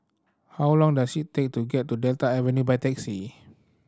how long does it take to get to Delta Avenue by taxi